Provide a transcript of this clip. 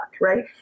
right